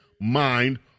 mind